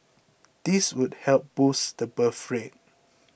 this would help boost the birth rate